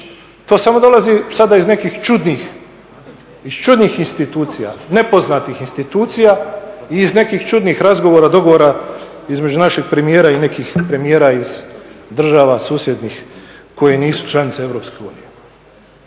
To samo dolazi sada iz nekih čudnih institucija, nepoznatih institucija i iz nekih čudnih razgovora, dogovora između našeg premijera i nekih premijera iz država susjednih koje nisu članice